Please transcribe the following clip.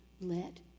let